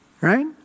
right